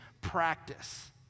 practice